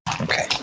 okay